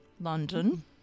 London